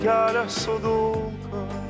kelias sudulka